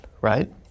right